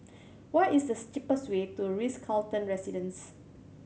what is the cheapest way to The Ritz Carlton Residences